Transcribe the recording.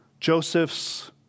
Joseph's